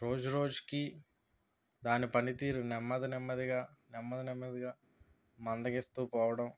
రోజు రోజుకి దాని పనితీరు నెమ్మది నెమ్మదిగా నెమ్మది నెమ్మదిగా మందగిస్తు పోవడం